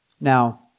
Now